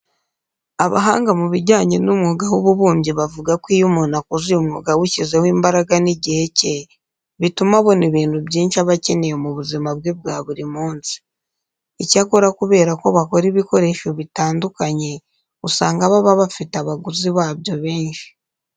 Abahanga mu bijyanye n'umwuga w'ububumbyi bavuga ko iyo umuntu akoze uyu mwuga awushyizemo imbaraga n'igihe cye bituma abona ibintu byinshi aba akeneye mu buzima bwe bwa buri munsi. Icyakora kubera ko bakora ibikoresho bitandukanye, usanga baba bafite abaguzi babyo benshi.